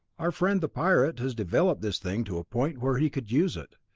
our friend the pirate has developed this thing to a point were he could use it.